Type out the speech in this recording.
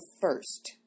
first